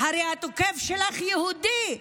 הרי התוקף שלך יהודי,